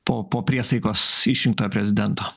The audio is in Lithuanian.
po po priesaikos išrinktojo prezidento